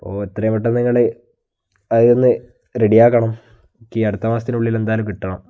ഓ എത്രയും പെട്ടന്ന് ഇങ്ങോട്ട് അതൊന്ന് റെഡിയാക്കണം എനിക്ക് അടുത്ത മാസത്തിനുള്ളിൽ എന്തായാലും കിട്ടണം